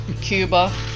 Cuba